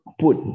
put